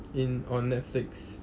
in on Netflix